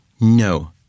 no